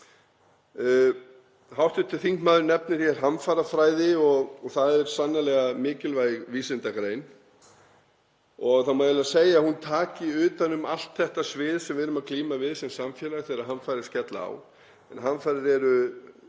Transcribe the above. lát á. Hv. þingmaður nefnir hér hamfarafræði og það er sannarlega mikilvæg vísindagrein. Það má eiginlega segja að hún taki utan um allt þetta svið sem við erum að glíma við sem samfélag þegar hamfarir skella á.